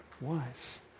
wise